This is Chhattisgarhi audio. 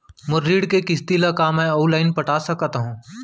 मोर ऋण के किसती ला का मैं अऊ लाइन पटा सकत हव?